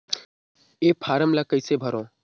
ये फारम ला कइसे भरो?